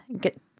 get